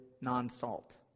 non-salt